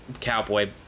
cowboy